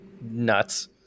nuts